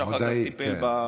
שאחר כך טיפל במשבר הזה.